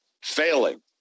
failing